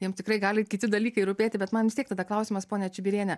jiem tikrai gali kiti dalykai rūpėti bet man vis tiek tada klausimas pone čibiriene